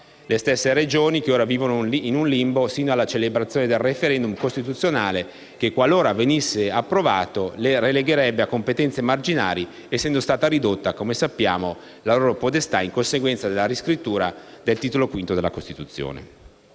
Le stesse Regioni ora vivono in un limbo sino alla celebrazione del *referendum* costituzionale che, qualora venisse approvato, le relegherebbe a competenze marginali, essendo stata ridotta - come sappiamo - la loro potestà in conseguenza della riscrittura del Titolo V della Costituzione.